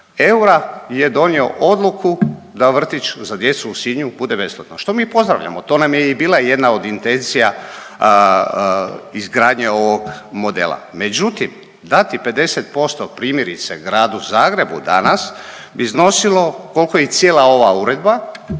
eura je donio odluku da vrtić za djecu u Sinju bude besplatno, što mi pozdravljamo, to nam je i bila jedna od intencija izgradnje ovog modela. Međutim, dati 50% primjerice Gradu Zagrebu danas bi iznosilo kolko i cijela ova uredba